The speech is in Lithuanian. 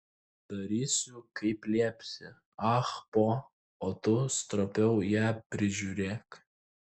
darysiu kaip liepsi ah po o tu stropiau ją prižiūrėk